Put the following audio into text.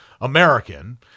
American